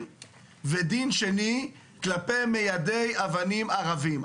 ודין שני כלפי מיידי אבנים ערבים.